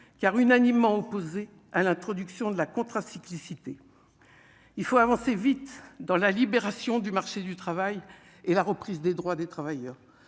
car unanimement opposée à l'introduction de la cyclicité il faut avancer vite dans la libération du marché du travail. Et la reprise des droits des travailleurs